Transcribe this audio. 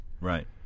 Right